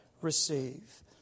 receive